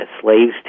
slaves